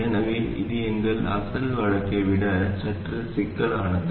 எனவே இது எங்கள் அசல் வழக்கை விட சற்று சிக்கலானது